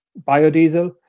biodiesel